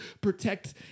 protect